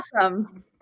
Awesome